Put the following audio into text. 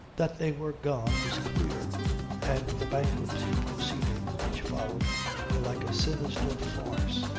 that they were gone was clear and the bankruptcy proceedings which followed were like a sinister farce,